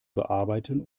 bearbeiten